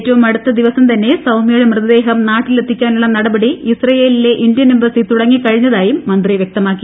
ഏറ്റവും അടുത്ത ദിവസം തന്നെ സൌമ്യയുടെ മൃതദേഹം നാട്ടിലെത്തിക്കാനുള്ള നടപടി ഇസ്രയേലിലെ ഇന്ത്യൻ എംബസി തുടങ്ങിക്കഴിഞ്ഞതായും മന്ത്രി വൃക്തമാക്കി